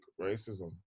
racism